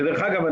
ודרך אגב,